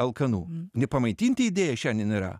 alkanų nepamaitinti idėja šiandien yra